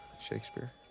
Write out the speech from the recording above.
Shakespeare